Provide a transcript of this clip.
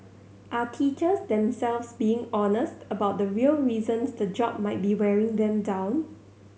are teachers themselves being honest about the real reasons the job might be wearing them down